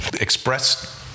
express